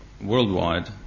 worldwide